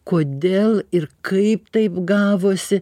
kodėl ir kaip taip gavosi